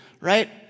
Right